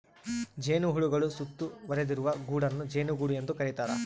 ಜೇನುಹುಳುಗಳು ಸುತ್ತುವರಿದಿರುವ ಗೂಡನ್ನು ಜೇನುಗೂಡು ಎಂದು ಕರೀತಾರ